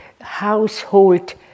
household